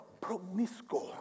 promiscuous